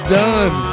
done